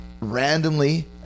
Randomly